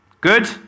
Good